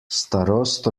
starost